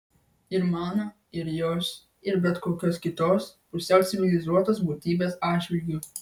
ir mano ir jos ir bet kokios kitos pusiau civilizuotos būtybės atžvilgiu